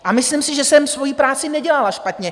A myslím si, že jsem svoji práci nedělala špatně.